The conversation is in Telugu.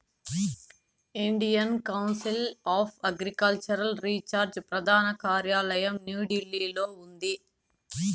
Indian Council of Agricultural Research ప్రధాన కార్యాలయం న్యూఢిల్లీలో ఉంది